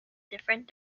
different